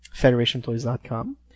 FederationToys.com